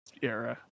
era